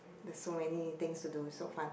there's so many things to do so fun